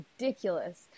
ridiculous